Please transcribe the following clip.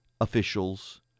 officials